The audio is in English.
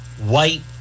white